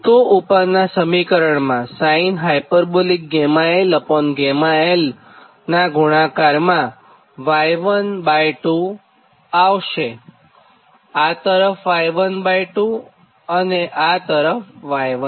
તો ઊપરનાં સમીકરણમાં sinh l l નાં ગુણાકારમાં Y12 આવશે આ તરફ Y12 અને આ તરફ Y12